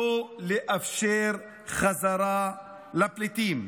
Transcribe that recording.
לאפשר חזרה לפליטים.